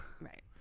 right